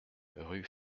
rue